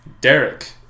Derek